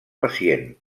pacient